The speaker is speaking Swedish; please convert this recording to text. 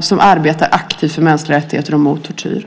som arbetar aktivt för mänskliga rättigheter och mot tortyr.